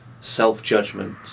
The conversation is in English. self-judgment